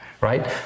right